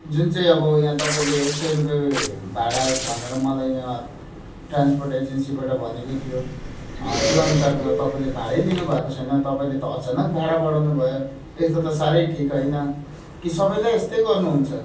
जुन चाहिँ अब यहाँ तपाईँले एक सय रुपियाँ भाडा भनेर मलाई यहाँ ट्रान्सपोर्ट एजेन्सीबाट भनेको थियो त्यो अनुसारको तपाईँले भाडै लिनुभएको छैन तपाईँले त अचानक भाडा बढाउनु भयो यस्तो त साह्रै ठिक होइन कि सबैलाई यस्तै गर्नुहुन्छ